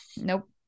nope